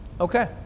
Okay